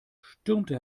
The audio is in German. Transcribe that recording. stürmte